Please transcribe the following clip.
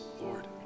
Lord